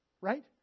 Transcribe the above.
Right